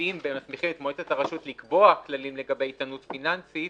שקובעים ומסמיכים את מועצת הרשות לקבוע כללים לגבי איתנות פיננסית,